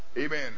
Amen